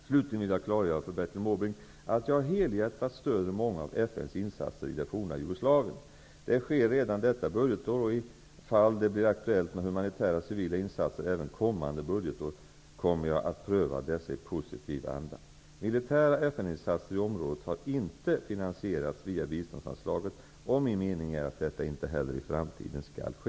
Slutligen vill jag klargöra för Bertil Måbrink att jag helhjärtat stödjer många av FN:s insatser i det forna Jugoslavien. Det sker redan detta budgetår, och i det fall det blir aktuellt med humanitära, civila insatser även kommande budgetår, kommer jag att pröva dessa i positiv anda. Militära FN-insatser i området har inte finansierats via biståndsanslaget, och min mening är att detta inte heller i framtiden skall ske.